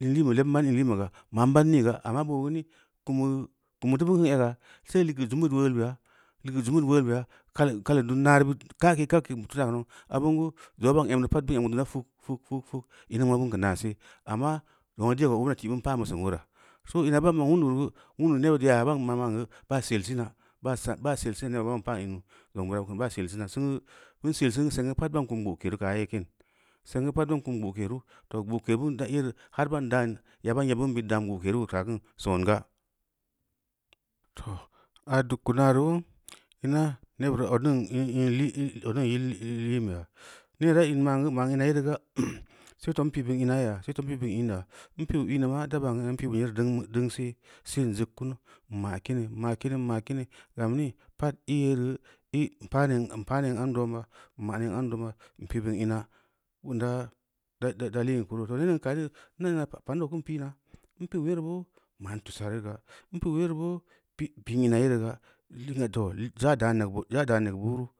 in liin beu lebn ban in liin beu ga, ma n ban nii ga amma boo geu ni kum bu teu kune ga, see ligu zum bid wetel beya, ligeu zum bid uleul beya, kalu kalu dun naareu bid ka’ke ka’ke teu taa geu nau, obin geu zongno bera emmi pad bin em geu duma fug-fug-fug-fug ammingn ma bin geu naa ses, amma zongno dia ko obina ke’ bin pan bu sin uleura, soo ina ban ma’n ulundu reu geu, wundu nebbid yaaya ban ina ma’n geu baa sel sin aba sel sina ban pan ina zong bira bub a sel sina singu bin selsin geu seng geu bad ban kum gboke rug aa aa ye kin, seng geu pad ban kunu gboke nu, too, gboke yere hal ban dan yabi neu yebbid bid dan gbokeru uleureu kaa kin, songa, too aa dug keu naa roo, nebena ina in ningn in nyeunbeya, neu reu kaa kin, songa, too aa dug keu naa roo, nebara ina in ningn in nyeunbeya, nee reu in ma’n geu, ma’n ina yere ga sefo n pi’ bin in aiyo ya, sefo n pi’ bin in ya, n pi’u in maa da ban ina n pi’ bin yere deungse, see n zong kunu n ma- kimi, n ma’ kimi, n ma’ kini, gam nii pad ī‘ yere n paa yere boo pi’n inra yere ga, too za’ dan neu buuru.